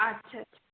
আচ্ছা আচ্ছা